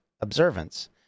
observance